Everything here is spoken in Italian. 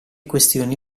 questioni